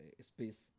space